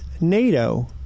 NATO